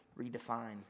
redefine